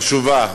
חשובה.